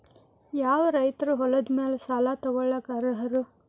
ಯಾವ ರೈತರು ಹೊಲದ ಮೇಲೆ ಸಾಲ ತಗೊಳ್ಳೋಕೆ ಅರ್ಹರು?